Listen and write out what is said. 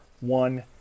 One